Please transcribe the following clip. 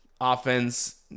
offense